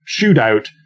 shootout